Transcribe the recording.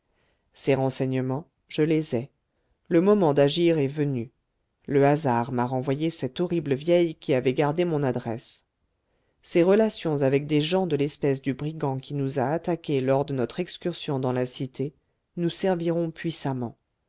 ces renseignements je les ai le moment d'agir est venu le hasard m'a renvoyé cette horrible vieille qui avait gardé mon adresse ses relations avec des gens de l'espèce du brigand qui nous a attaqués lors de notre excursion dans la cité nous serviront puissamment